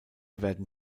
werden